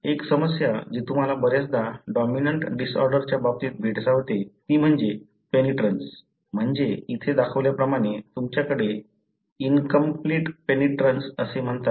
एक समस्या जी तुम्हाला बऱ्याचदा डॉमिनंट डिसऑर्डरच्या बाबतीत भेडसावते ती म्हणजे पेनिट्रन्स म्हणजे इथे दाखवल्याप्रमाणे तुमच्याकडे इनकंप्लिट पेनिट्रन्स असे म्हणतात